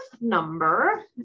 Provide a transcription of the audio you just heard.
number